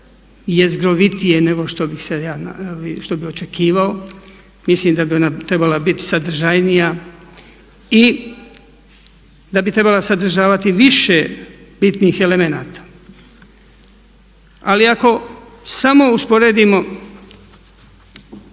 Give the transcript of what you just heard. jezgrovitije nego što bi očekivao. Mislim da bi ona trebala biti sadržajnija i da bi trebala sadržavati više bitnih elemenata. Ali ako samo usporedimo